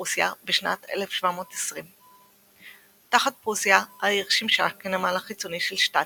פרוסיה בשנת 1720. תחת פרוסיה העיר שימשה כנמל החיצוני של שטטין.